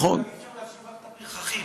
זאת הפגיעה הכי גדולה במעמד הכנסת